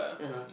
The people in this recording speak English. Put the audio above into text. (uh huh)